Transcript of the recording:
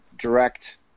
direct